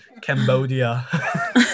Cambodia